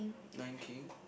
Lion King